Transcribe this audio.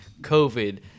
COVID